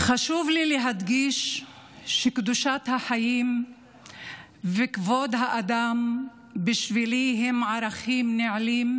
חשוב לי להדגיש שקדושת החיים וכבוד האדם בשבילי הם ערכים נעלים,